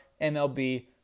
MLB